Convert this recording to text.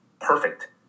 perfect